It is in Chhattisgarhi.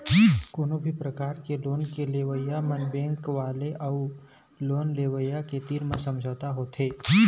कोनो भी परकार के लोन के ले ऊपर म बेंक वाले अउ लोन लेवइया के तीर म समझौता होथे